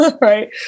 right